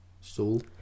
soul